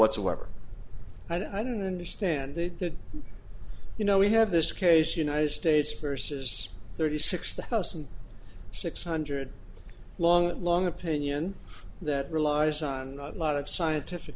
whatsoever and i don't understand that you know we have this case united states versus thirty six thousand six hundred long long opinion that relies on a lot of scientific